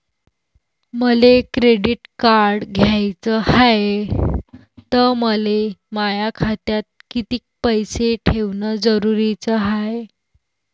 मले credit card घ्याचं हाय, त मले माया खात्यात कितीक पैसे ठेवणं जरुरीच हाय?